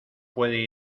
puede